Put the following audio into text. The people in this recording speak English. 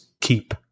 keep